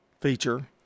feature